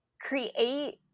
create